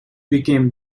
became